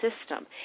system